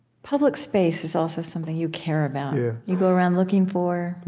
public space is also something you care about, you you go around looking for,